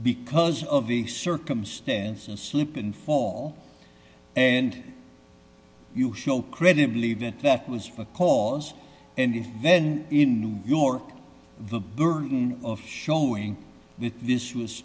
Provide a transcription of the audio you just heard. because of the circumstances slip and fall and you show credibly that that was for cause and then in new york the burden of showing that this was